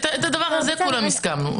על הדבר הזה כולנו הסכמנו.